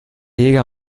jäger